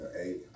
eight